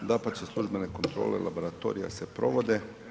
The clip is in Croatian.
Dapače službene kontrole laboratorija se provode.